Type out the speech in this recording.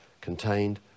contained